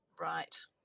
Right